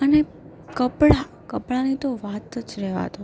અને કપડાં કપડાંની તો વાત જ રહેવા દો